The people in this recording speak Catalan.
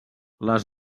les